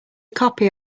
copy